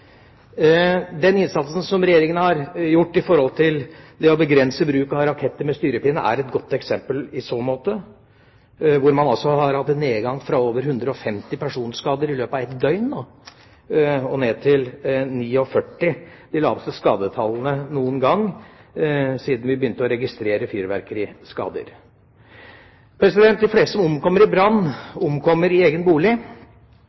Den innsatsen som Regjeringa har gjort for å begrense bruken av raketter med styrepinne, er et godt eksempel i så måte. Der har man hatt en nedgang, fra over 150 personskader, i løpet av et døgn, og ned til 49 – de laveste skadetallene noen gang siden vi begynte å registrere fyrverkeriskader. De fleste som omkommer i brann, omkommer i egen bolig.